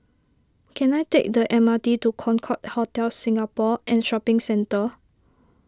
can I take the M R T to Concorde Hotel Singapore and Shopping Centre